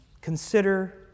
Consider